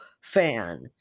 fan